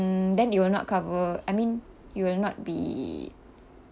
then it will not cover I mean you will not be